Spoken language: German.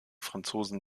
franzosen